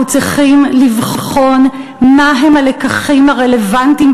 אנחנו צריכים לבחון מה הם הלקחים הרלוונטיים